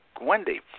Wendy